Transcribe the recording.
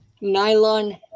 nylon